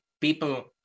people